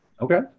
Okay